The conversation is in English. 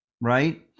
right